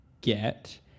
get